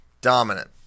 Dominant